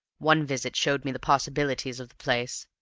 one visit showed me the possibilities of the place,